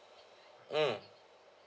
mm